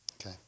Okay